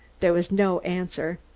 there was no answer.